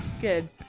Good